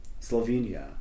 Slovenia